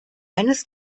eines